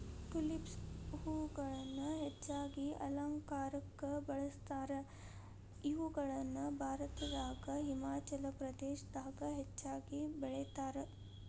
tulips ಹೂಗಳನ್ನ ಹೆಚ್ಚಾಗಿ ಅಲಂಕಾರಕ್ಕ ಬಳಸ್ತಾರ, ಇವುಗಳನ್ನ ಭಾರತದಾಗ ಹಿಮಾಚಲ ಪ್ರದೇಶದಾಗ ಹೆಚ್ಚಾಗಿ ಬೆಳೇತಾರ